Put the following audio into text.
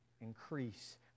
Increase